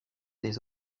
des